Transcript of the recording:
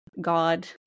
god